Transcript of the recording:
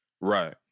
Right